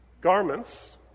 garments